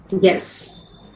Yes